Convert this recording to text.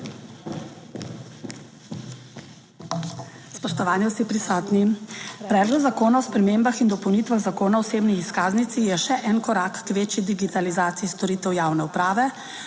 Spoštovani vsi prisotni! Predlog zakona o spremembah in dopolnitvah Zakona o osebni izkaznici je še en korak k večji digitalizaciji storitev javne uprave,